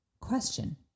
question